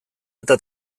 eta